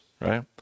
right